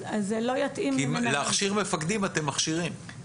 להכשיר מפקדים, אתם מכשירים.